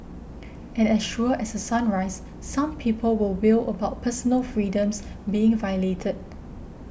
and as sure as a sunrise some people will wail about personal freedoms being violated